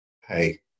Hey